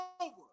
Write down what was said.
over